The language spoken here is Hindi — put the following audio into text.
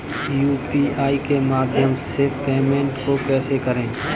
यू.पी.आई के माध्यम से पेमेंट को कैसे करें?